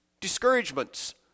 discouragements